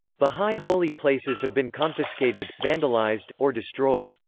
baha'i holy places have been confiscated, vandalized, or destroyed.